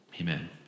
amen